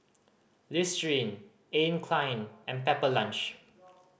Listerine Anne Klein and Pepper Lunch